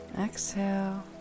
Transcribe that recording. exhale